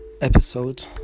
episode